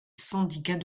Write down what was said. syndicat